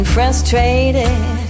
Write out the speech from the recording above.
frustrated